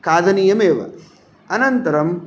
खादनीयमेव अनन्तरं